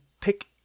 pick